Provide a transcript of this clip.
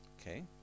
okay